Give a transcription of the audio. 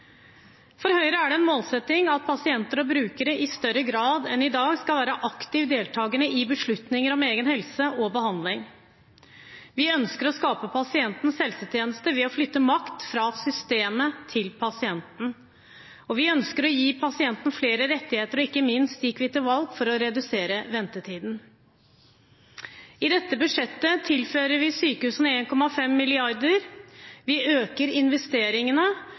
For Høyre er det en målsetting at pasienter og brukere i større grad enn i dag skal være aktivt deltakende i beslutninger om egen helse og behandling. Vi ønsker å skape pasientens helsetjeneste ved å flytte makt fra systemet til pasienten, vi ønsker å gi pasienten flere rettigheter, og ikke minst gikk vi til valg på å redusere ventetiden. I dette budsjettet tilfører vi sykehusene 1,5 mrd. kr, vi øker investeringene,